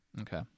okay